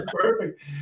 Perfect